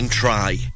Try